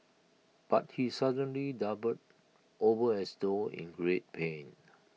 but he suddenly doubled over as though in great pain